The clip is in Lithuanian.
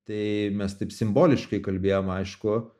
tai mes taip simboliškai kalbėjom aišku